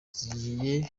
z’igihe